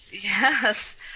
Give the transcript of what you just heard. Yes